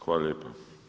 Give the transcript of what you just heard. Hvala lijepa.